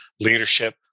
leadership